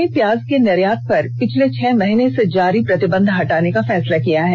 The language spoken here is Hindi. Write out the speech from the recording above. सरकार ने प्याज के निर्यात पर पिछले छह महीने से जारी प्रतिबंध हटाने का फैसला किया है